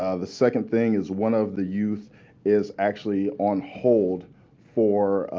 ah the second thing is one of the youth is actually on hold for